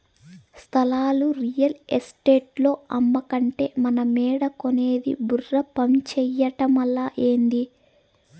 స్థలాలు రియల్ ఎస్టేటోల్లు అమ్మకంటే మనమేడ కొనేది బుర్ర పంజేయటమలా, ఏంది